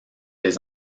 les